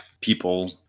people